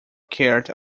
cared